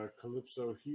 Calypso